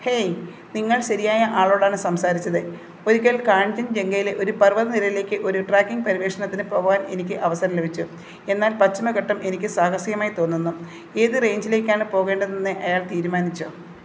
hey നിങ്ങൾ ശരിയായ ആളോടാണ് സംസാരിച്ചത് ഒരിക്കൽ കാഞ്ചൻജംഗയിലെ ഒരു പര്വതനിരയിലേക്ക് ഒരു ട്രക്കിംഗ് പര്യവേഷണത്തിന് പോകാൻ എനിക്ക് അവസരം ലഭിച്ചു എന്നാൽ പശ്ചിമഘട്ടം എനിക്ക് സാഹസികമായി തോന്നുന്നു ഏത് റേഞ്ചിലേക്കാണ് പോകേണ്ടതെന്ന് അയാൾ തീരുമാനിച്ചോ